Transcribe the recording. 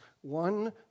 one